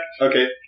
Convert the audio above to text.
Okay